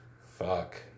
Fuck